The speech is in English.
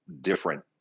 different